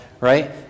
right